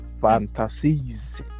fantasies